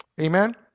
Amen